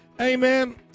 Amen